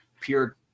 pure